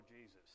Jesus